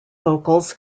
vocals